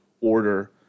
order